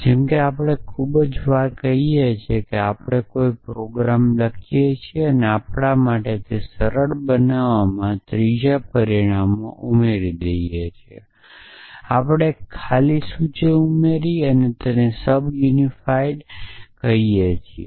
જેમ કે આપણે ખૂબ જ વાર કરીએ છીએ આપણે કોઈ પ્રોગ્રામ લખીએ છીએ આપણાં માટે સરળ બનાવવા માટે આપણે ત્રીજા પરિમાણો ઉમેરીએ છીએ આપણે એક ખાલી સૂચિ ઉમેરી અને તેને સબ યુનિફાઇટસબ યુનિફાઇડ કહીએ છીએ